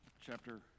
chapter